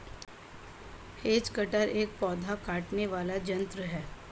has cutter एक पौधा छाँटने वाला यन्त्र है